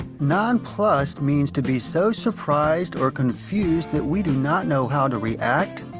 nonplussed means to be so surprised or confused that we do not know how to react,